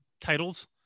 titles